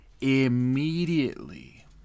Immediately